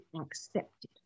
accepted